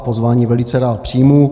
Pozvání velice rád přijmu.